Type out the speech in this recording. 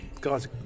Guys